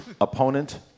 opponent